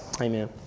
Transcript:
amen